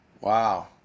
Wow